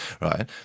right